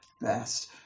best